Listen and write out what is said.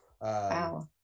Wow